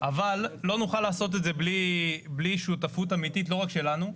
אבל לא נוכל לעשות את זה בלי שותפות אמיתית לא רק שלנו,